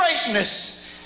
greatness